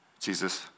Jesus